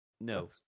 no